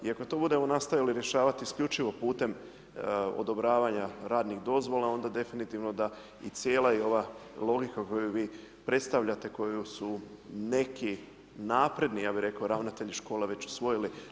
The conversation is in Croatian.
I ako to budemo nastojali rješavati isključivo putem odobravanja radnih dozvola onda definitivno da i cijela ova logika koju vi predstavljate, koju su neki napredni ja bih rekao ravnatelji škola već usvojili.